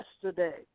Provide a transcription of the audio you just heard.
yesterday